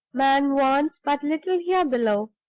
man wants but little here below,